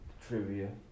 trivia